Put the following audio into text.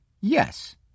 yes